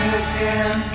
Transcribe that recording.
again